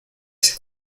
ese